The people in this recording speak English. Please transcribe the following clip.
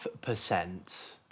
percent